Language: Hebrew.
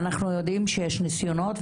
ואנחנו יודעים שיש ניסיונות,